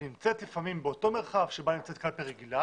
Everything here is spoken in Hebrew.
היא נמצאת לפעמים באותו מרחב בה נמצאת קלפי רגילה